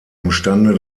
imstande